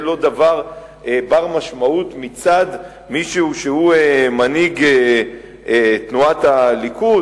זה לא דבר בר-משמעות מצד מישהו שהוא מנהיג תנועת הליכוד?